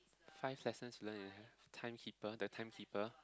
five lessons in time keeper the time keeper